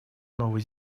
новой